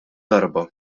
darba